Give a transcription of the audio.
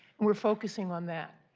we are focusing on that.